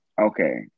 okay